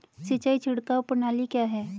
सिंचाई छिड़काव प्रणाली क्या है?